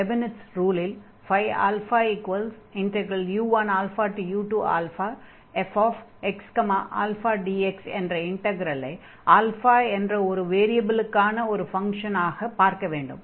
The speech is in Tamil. மேலே கூறியபடி லெபினிட்ஸ் ரூலில் உள்ள u1u2fxαdx என்ற இன்டக்ரலை என்ற ஒரு வேரியபிலுக்கான ஒரு ஃபங்ஷனாக பார்க்க வேண்டும்